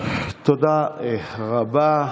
תודה רבה.